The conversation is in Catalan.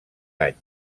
anys